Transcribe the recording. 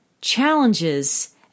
challenges